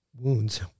wounds